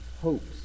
hopes